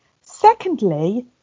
Secondly